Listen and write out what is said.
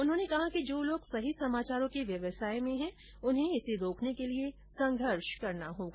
उन्होंने कहा कि जो लोग सही समाचारो के व्यवसाय में हैं उन्हें इसे रोकने के लिए संघर्ष करना होगा